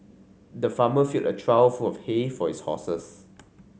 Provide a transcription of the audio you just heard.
the farmer filled a trough full of hay for his horses